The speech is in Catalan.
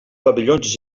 pavellons